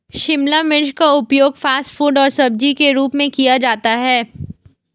शिमला मिर्च का उपयोग फ़ास्ट फ़ूड और सब्जी के रूप में किया जाता है